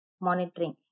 monitoring